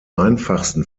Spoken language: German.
einfachsten